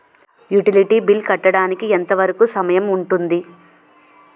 Utility bill కట్టడానికి ఎంత వరుకు సమయం ఉంటుంది?